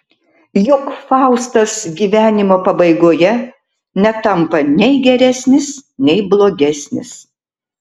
juk faustas gyvenimo pabaigoje netampa nei geresnis nei blogesnis